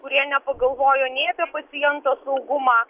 kurie nepagalvojo nei apie paciento saugumą